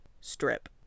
Strip